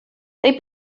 they